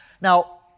Now